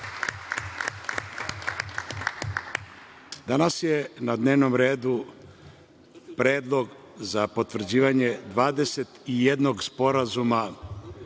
je na dnevnom redu predlog za potvrđivanje 21 sporazuma